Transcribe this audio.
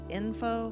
info